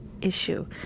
issue